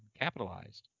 capitalized